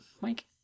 Mike